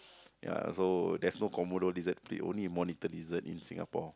ya so there's no Komodo lizard only monitor lizard in Singapore